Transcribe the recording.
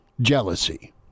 jealousy